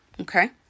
Okay